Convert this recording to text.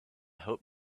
hope